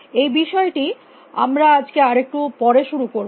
এই বিষয়টি আমরা আজকে আরেকটু পরে শুরু করব